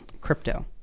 crypto